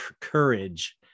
courage